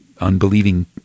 unbelieving